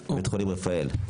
בית חולים רפאל.